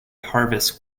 harvest